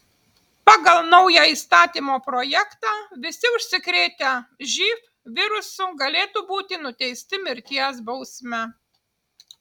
pagal naują įstatymo projektą visi užsikrėtę živ virusu galėtų būti nuteisti mirties bausme